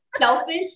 selfish